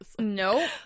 No